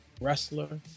wrestler